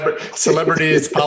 Celebrities